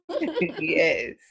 Yes